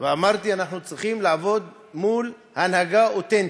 שאנחנו צריכים לעבוד מול הנהגה אותנטית,